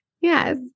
yes